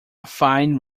fine